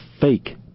fake